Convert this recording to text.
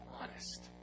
honest